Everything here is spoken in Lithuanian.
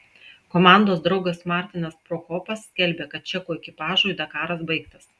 komandos draugas martinas prokopas skelbia kad čekų ekipažui dakaras baigtas